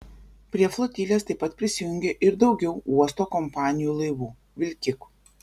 prie flotilės taip pat prisijungė ir daugiau uosto kompanijų laivų vilkikų